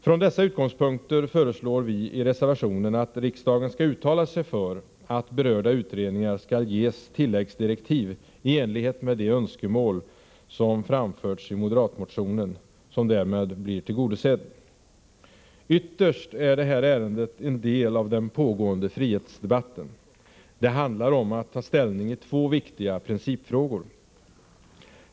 Från dessa utgångspunker föreslår vi i reservationen att riksdagen skall uttala sig för att berörda utredningar skall ges tilläggsdirektiv i enlighet med de önskemål som framförts i moderatmotionen, som därmed blir tillgodosedd. Ytterst är det här ärendet en del av den pågående frihetsdebatten. Det handlar om att ta ställning i två viktiga principfrågor.